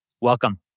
welcome